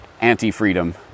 anti-freedom